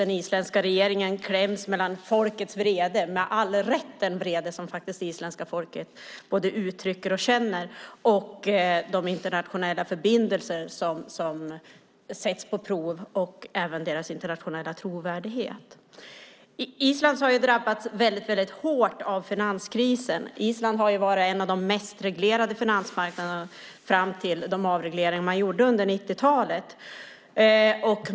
Den isländska regeringen kläms mellan den vrede som det isländska folket med all rätt både känner och uttrycker och de internationella förbindelser som sätts på prov, även deras internationella trovärdighet. Island har drabbats väldigt hårt av finanskrisen. Island var en av de mest reglerade finansmarknaderna fram till de avregleringar man gjorde under 90-talet.